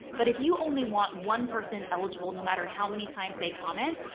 but if you only want one person eligible, no matter how many times they comment,